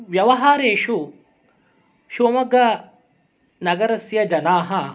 व्यवहारेषु शिवमोग्गानगरस्य जनाः